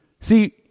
See